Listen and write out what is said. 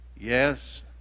Yes